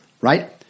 right